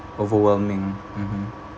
overwhelming mmhmm